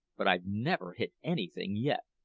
but i've never hit anything yet.